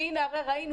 שהינה הרי ראינו,